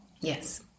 Yes